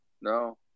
No